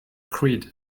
creed